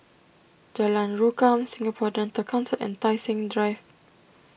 Jalan Rukam Singapore Dental Council and Tai Seng Drive